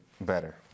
better